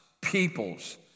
peoples